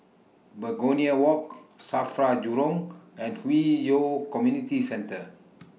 Begonia Walk SAFRA Jurong and Hwi Yoh Community Centre